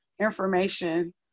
information